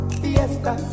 fiesta